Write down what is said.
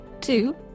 Two